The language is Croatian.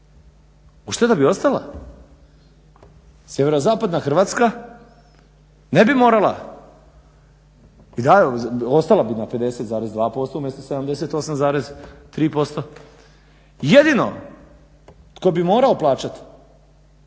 Ušteda bi ostala. Sjeverozapadna Hrvatska ne bi morala i ostala bi na 50,2% umjesto 78,3%. Jedino tko bi morao plaćati